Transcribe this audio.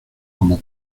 como